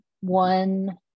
one